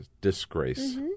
Disgrace